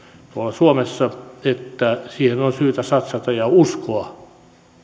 suomessa että siihen on syytä satsata ja uskoa